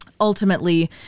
ultimately